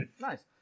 Nice